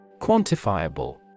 Quantifiable